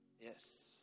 yes